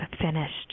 finished